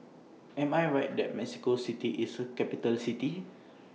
Am I Right that Mexico City IS A Capital City